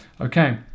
Okay